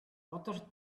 other